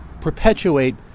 perpetuate